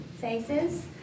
faces